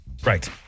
Right